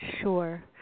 sure